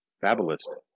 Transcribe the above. Fabulist